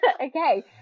okay